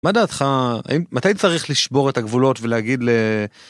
מה דעתך, מתי צריך לשבור את הגבולות ולהגיד ל...